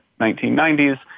1990s